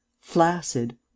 flaccid